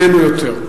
הוא איננו יותר.